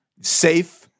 safe